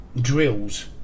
drills